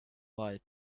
light